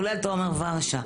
כולל תומר ורשה,